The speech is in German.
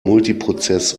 multiprozess